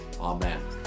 Amen